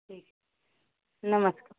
ठीक नमस्कार